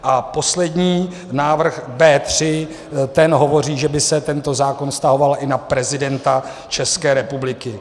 A poslední návrh B3, ten hovoří, že by se tento zákon vztahoval i na prezidenta České republiky.